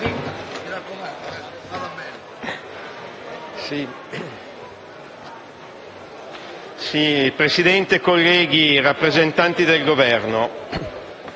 Presidente, colleghi, rappresentanti del Governo,